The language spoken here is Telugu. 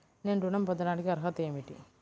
నేను ఋణం పొందటానికి అర్హత ఏమిటి?